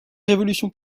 révolution